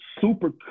super